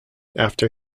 after